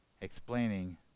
Explaining